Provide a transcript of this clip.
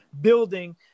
building